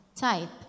Type